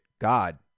God